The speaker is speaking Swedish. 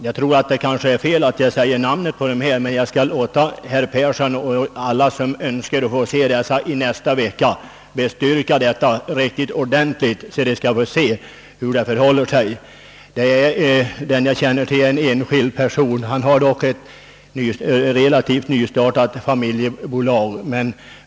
Jag tror emellertid inte att jag här bör uppge namnen, men jag skall låta herr Persson i Skänninge och alla som så önskar få se dem i nästa vecka så att de kan avgöra hur det förhåller sig. Det fall som jag själv känner till gäller en enskild person med ett relativt nystartat familjebolag.